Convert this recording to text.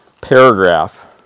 paragraph